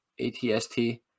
ATST